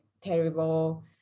terrible